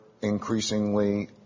increasingly –